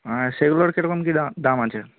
সেগুলোর কী রকম কী দাম আছে